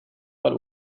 but